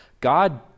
God